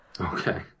Okay